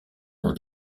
dans